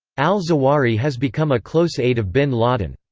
al-zawahiri has become a close aide of bin laden.